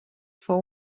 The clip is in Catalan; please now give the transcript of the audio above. fou